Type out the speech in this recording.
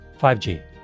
5G